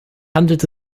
handelt